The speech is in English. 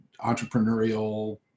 entrepreneurial